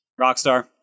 Rockstar